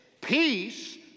peace